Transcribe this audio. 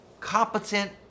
competent